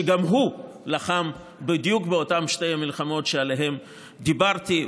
שגם הוא לחם בדיוק באותן שתי מלחמות שעליהן דיברתי.